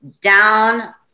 Down